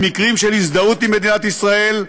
במקרים של הזדהות עם מדינת ישראל,